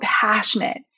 passionate